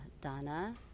Donna